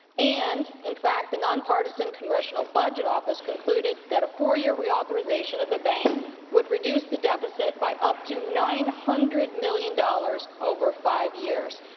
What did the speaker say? and, in fact, the nonpartisan congressional budget office concluded that a four-year reauthorization of the bank would reduce the deficit by up to nine hundred million dollars over five years.